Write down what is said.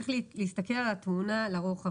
צריך להסתכל על התמונה לרוחב.